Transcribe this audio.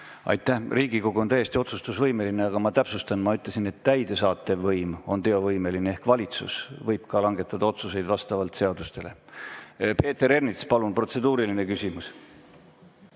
Aitäh! Riigikogu on täiesti otsustusvõimeline. Aga ma täpsustan: ma ütlesin, et täidesaatev võim on teovõimeline ehk valitsus võib ka langetada otsuseid vastavalt seadustele. Peeter Ernits, palun, protseduuriline küsimus!